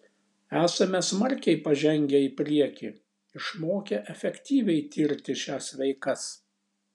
esame smarkiai pažengę į priekį išmokę efektyviai tirti šias veikas